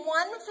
one